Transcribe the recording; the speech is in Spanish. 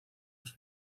los